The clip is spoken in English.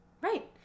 Right